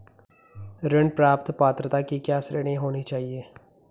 ऋण प्राप्त पात्रता की क्या श्रेणी होनी चाहिए?